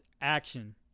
action